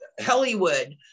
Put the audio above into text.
Hollywood